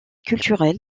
culturel